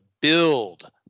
build